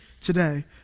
today